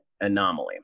anomaly